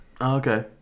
Okay